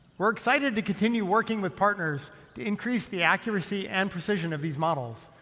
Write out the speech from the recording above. we're excited to continue working with partners to increase the accuracy and precision of these models,